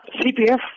CPF